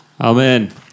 Amen